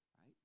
right